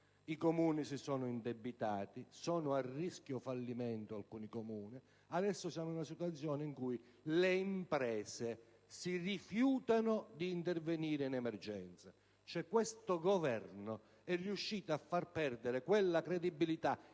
i Comuni si sono indebitati, alcuni sono a rischio fallimento, e adesso la situazione è tale che le imprese si rifiutano di intervenire in emergenza. Questo Governo è riuscito a far perdere quella credibilità